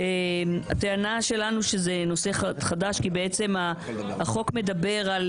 הטענה שלנו היא שזה נושא חדש כי החוק מדבר על